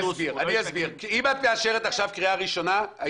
אם הדיון היה עכשיו על אישור לקריאה ראשונה הוא